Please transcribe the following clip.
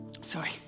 Sorry